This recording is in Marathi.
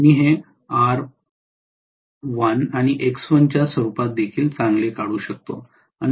मी हे R1 आणि X1 च्या रुपात देखील चांगले काढू शकतो